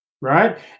right